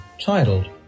titled